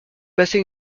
passer